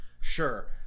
Sure